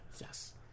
Yes